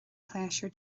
pléisiúr